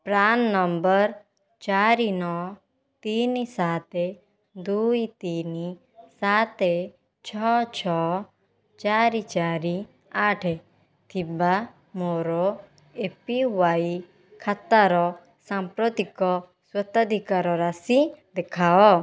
PRAN number ଚାରି ନଅ ତିନି ସାତ ଦୁଇ ତିନି ସାତ ଛଅ ଛଅ ଚାରି ଚାରି ଆଠ ଥିବା ମୋର ଏପିୱାଇ ଖାତାର ସାମ୍ପ୍ରତିକ ସ୍ୱତ୍ୱାଧିକାର ରାଶି ଦେଖାଅ